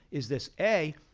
is this a,